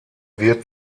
wird